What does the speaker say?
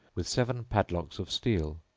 with seven padlocks of steel,